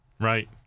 Right